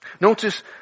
Notice